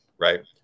Right